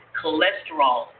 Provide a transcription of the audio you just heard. cholesterol